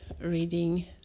reading